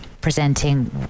presenting